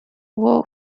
walk